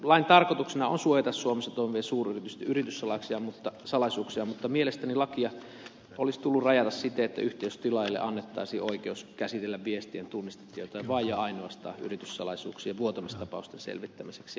lain tarkoituksena on suojata suomessa toimivien suuryritysten yrityssalaisuuksia mutta mielestäni lakia olisi tullut rajata siten että yhteisötilaajille annettaisiin oikeus käsitellä viestien tunnistetietoja vain ja ainoastaan yrityssalaisuuksien vuotamistapausten selvittämiseksi